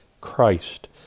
Christ